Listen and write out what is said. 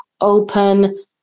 open